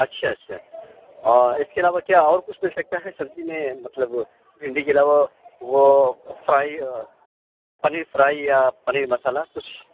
اچھا اچھا اِس كے علاوہ كیا اور كچھ مل سکتا ہے سبزی میں مطلب بھنڈی کے علاوہ وہ فرائی پنیر فرائی یا پنیر مصالحہ کچھ